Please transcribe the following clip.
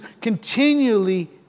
continually